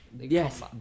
Yes